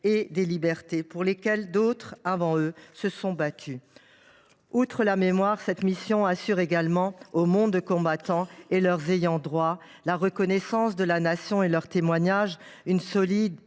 et des libertés pour lesquelles d’autres, avant eux, se sont battus. Au delà de son rôle mémoriel, cette mission assure également au monde combattant et à leurs ayants droit la reconnaissance de la Nation et leur témoigne une solidarité